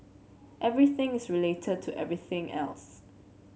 everything is related to everything else